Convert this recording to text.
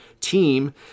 team